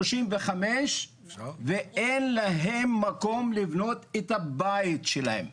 35 ואין להם מקום לבנות את הבית שלהם.